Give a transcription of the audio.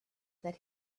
that